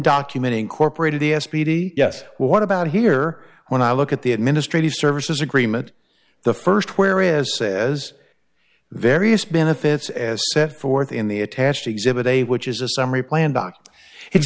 document incorporated the s p d yes what about here when i look at the administrative services agreement the first where is says various benefits as set forth in the attached exhibit a which is a summary plan